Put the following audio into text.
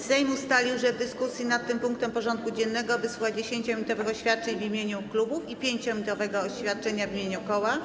Sejm ustalił, że w dyskusji nad tym punktem porządku dziennego wysłucha 10-minutowych oświadczeń w imieniu klubów i 5-minutowego oświadczenia w imieniu koła.